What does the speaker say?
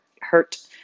hurt